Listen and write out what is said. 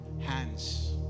hands